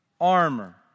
armor